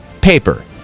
paper